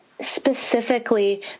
specifically